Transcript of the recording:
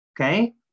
okay